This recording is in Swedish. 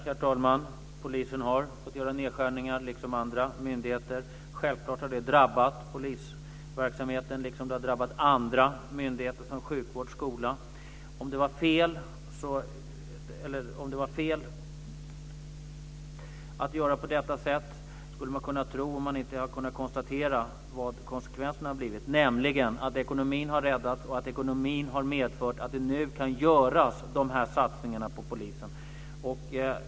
Herr talman! Polisen har fått göra nedskärningar, liksom andra myndigheter. Självklart har det drabbat polisverksamheten, liksom det har drabbat andra myndigheter och sjukvård och skola. Man skulle kunna tro att det var fel att göra på detta sätt om man inte hade kunnat konstatera vilka konsekvenserna har blivit, nämligen att ekonomin har räddats. En bättre ekonomi har medfört att dessa satsningar på polisen nu kan göras.